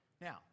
Now